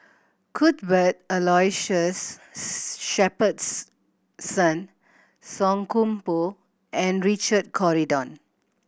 Cuthbert Aloysius Song Koon Poh and Richard Corridon